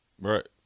Right